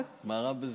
מה רע בזה?